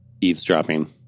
eavesdropping